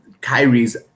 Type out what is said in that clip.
Kyrie's